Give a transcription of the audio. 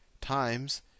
times